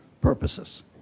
purposes